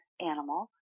animal